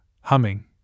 humming